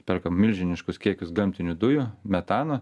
perka milžiniškus kiekius gamtinių dujų metano